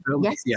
yes